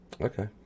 okay